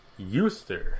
Euster